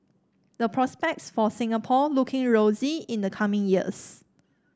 the prospects for Singapore looking rosy in the coming years